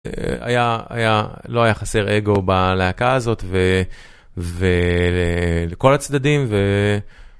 היה היה, לא היה חסר אגו בלהקה הזאת, ולכל הצדדים, ו...